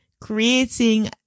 creating